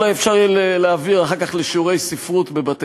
אולי אפשר יהיה להעביר את זה אחר כך לשיעורי ספרות בבתי-הספר.